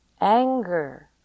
Anger